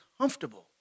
comfortable